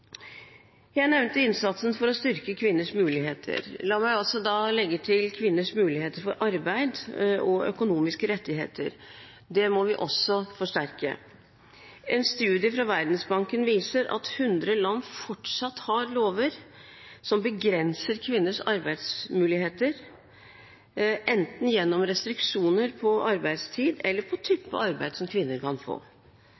Jeg nevnte innsatsen for å styrke kvinners muligheter. La meg legge til kvinners muligheter for arbeid og økonomiske rettigheter. Det må vi også forsterke. En studie fra Verdensbanken viser at 100 land fortsatt har lover som begrenser kvinners arbeidsmuligheter – gjennom restriksjoner enten på arbeidstid eller på